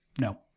No